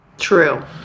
True